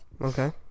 Okay